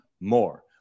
more